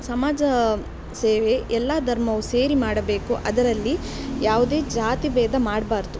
ಸಮಾಜ ಸೇವೆ ಎಲ್ಲ ಧರ್ಮವೂ ಸೇರಿ ಮಾಡಬೇಕು ಅದರಲ್ಲಿ ಯಾವುದೇ ಜಾತಿ ಭೇದ ಮಾಡಬಾರ್ದು